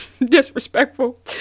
disrespectful